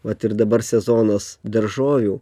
vat ir dabar sezonas daržovių